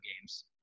games